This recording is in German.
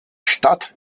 stadt